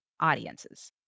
Audiences